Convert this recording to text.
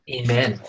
Amen